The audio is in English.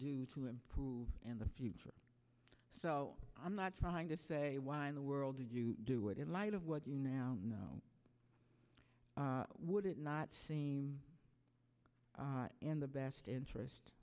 do to improve in the future so i'm not trying to say why in the world did you do it in light of what you now know would it not seem in the best interest